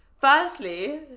firstly